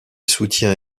soutient